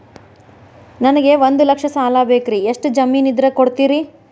ನನಗೆ ಒಂದು ಲಕ್ಷ ಸಾಲ ಬೇಕ್ರಿ ಎಷ್ಟು ಜಮೇನ್ ಇದ್ರ ಕೊಡ್ತೇರಿ?